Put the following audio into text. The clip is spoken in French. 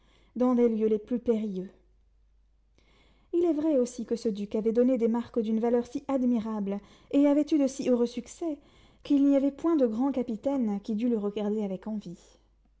dans les lieux les plus périlleux il est vrai aussi que ce duc avait donné des marques d'une valeur si admirable et avait eu de si heureux succès qu'il n'y avait point de grand capitaine qui ne dût le regarder avec envie